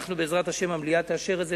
בעזרת השם המליאה תאשר את זה,